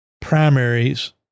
primaries